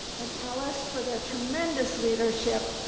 and alice for their tremendous leadership.